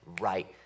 right